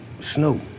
Snoop